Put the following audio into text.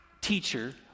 teacher